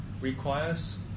requires